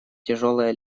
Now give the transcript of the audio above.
тяжелая